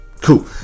Cool